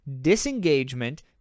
disengagement